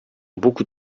beaucoup